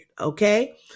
okay